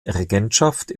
regentschaft